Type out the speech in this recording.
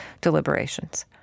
deliberations